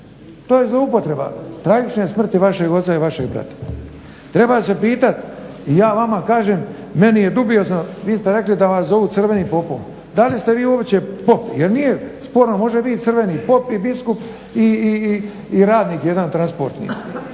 To je zloupotreba tragične smrti vašeg oca i vašeg brata. Treba se pitat i ja vama kažem meni je dubiozno, vi ste rekli da vas zovu crvenim popom. Da li ste vi uopće pop jer nije sporno, može bit crveni pop i biskup i radnik jedan transportni.